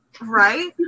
Right